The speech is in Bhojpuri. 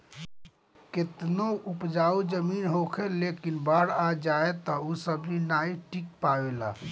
केतनो उपजाऊ जमीन होखे लेकिन बाढ़ आ जाए तअ ऊ सब्जी नाइ टिक पावेला